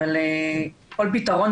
אבל כל פתרון,